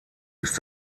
ist